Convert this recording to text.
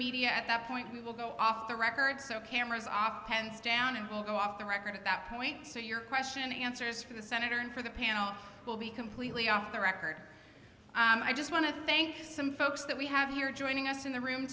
media at that point we will go off the record so cameras off hands down and we'll go off the record at that point so your question answers for the senator and for the panel will be completely off the record i just want to thank some folks that we have here joining us in the room